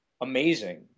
amazing